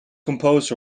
composed